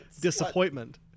disappointment